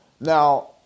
Now